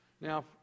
Now